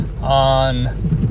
on